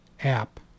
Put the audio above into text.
app